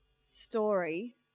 story